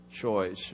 choice